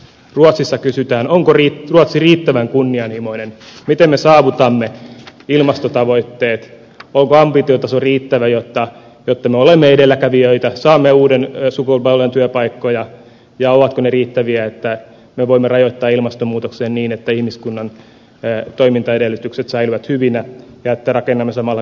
ruotsissa kysytään onko ruotsi riittävän kunnianhimoinen miten me saavutamme ilmastotavoitteet onko ambitiotaso riittävä jotta me olemme edelläkävijöitä saamme uuden sukupolven työpaikkoja ja ovatko ne riittäviä että me voimme rajoittaa ilmastonmuutoksen niin että ihmiskunnan toimintaedellytykset säilyvät hyvinä ja että rakennamme samalla kestävää yhteiskuntaa